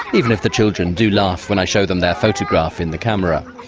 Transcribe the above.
even if the children do laugh when i show them their photograph in the camera.